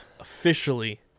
officially